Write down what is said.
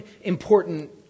important